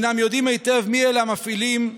הם יודעים היטב מי המפעילים.